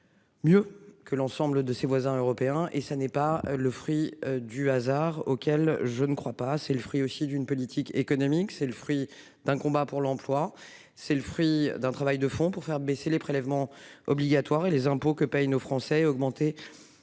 Mieux que l'ensemble de ses voisins européens et ça n'est pas le fruit du hasard auquel je ne crois pas. C'est le fruit aussi d'une politique économique, c'est le fruit d'un combat pour l'emploi, c'est le fruit d'un travail de fond pour faire baisser les prélèvements obligatoires et les impôts que payent nos Français et augmenter